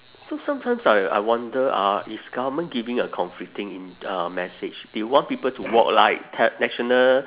so sometimes I I wonder uh is government giving a conflicting in uh message they want people to walk light tel~ national